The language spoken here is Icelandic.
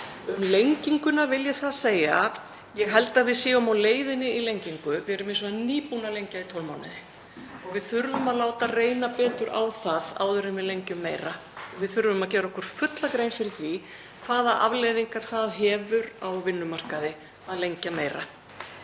Um lenginguna vil ég segja að ég held að við séum á leiðinni í lengingu. Við erum hins vegar nýbúin að lengja í 12 mánuði og við þurfum að láta reyna betur á það áður en við lengjum meira. Við þurfum að gera okkur fulla grein fyrir því hvaða afleiðingar það hefur á vinnumarkaðinn að lengja meira.